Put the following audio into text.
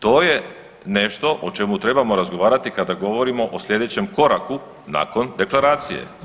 To je nešto o čemu trebamo razgovarati kada govorimo o slijedećem koraku nakon deklaracije.